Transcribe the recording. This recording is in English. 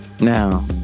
Now